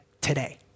today